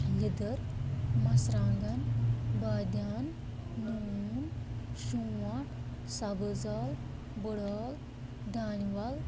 لیٚددٕر مَژرانٛگَن بٲدیٛان نوٗن شونٛٹھ سَبٕز عٲل بٕڑ عٲل دانہِ وَل